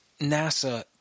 NASA